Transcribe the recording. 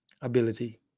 ability